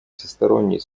всесторонней